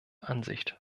ansicht